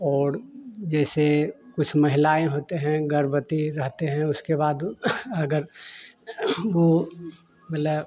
और जैसे कुछ महिलाएँ होते हैं गर्भवती रहते हैं उसके बाद उ अगर वो मतलब